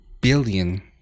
billion